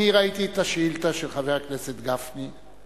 אני ראיתי את השאילתא של חבר הכנסת גפני,